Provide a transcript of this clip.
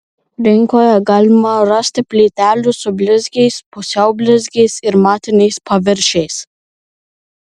rinkoje galima rasti plytelių su blizgiais pusiau blizgiais ir matiniais paviršiais